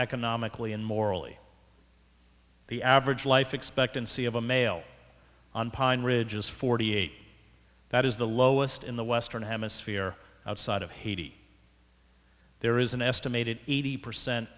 economically and morally the average life expectancy of a male on pine ridge is forty eight that is the lowest in the western hemisphere outside of haiti there is an estimated eighty percent